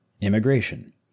immigration